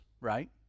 right